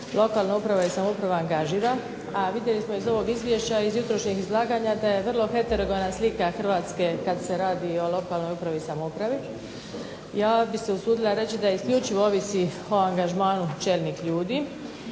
lokalna uprava i samouprava angažira, a vidjeli smo iz ovog izvješća iz jutrošnjeg izlaganja da je vrlo heterogena slika Hrvatske kad se radi o lokalnoj upravi i samoupravi. Ja bih se usudila reći da isključivo ovisi o angažmanu čelnih ljudi